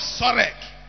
Sorek